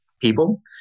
people